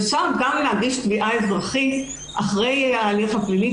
אפשר גם להגיש תביעה אזרחית אחרי ההליך הפלילי,